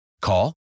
Call